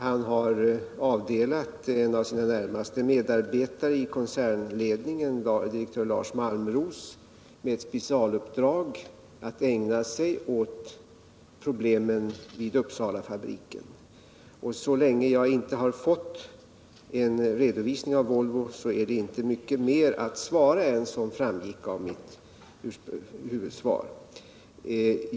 Han har avdelat en av sina närmaste medarbetare i koncernledningen, direktör Lars Malmros, att som specialuppdrag ägna sig åt problemen vid Uppsalafabriken. Så länge jag inte fått en redovisning från Volvo är det inte mycket mer att tillägga än som framgick av mitt huvudsvar.